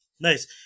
Nice